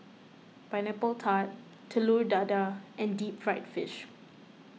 Pineapple Tart Telur Dadah and Deep Fried Fish